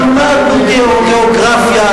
למדנו גיאוגרפיה,